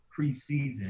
preseason